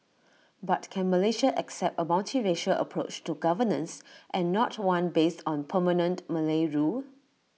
but can Malaysia accept A multiracial approach to governance and not one based on permanent Malay rule